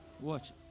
Watch